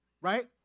right